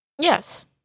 Yes